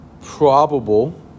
probable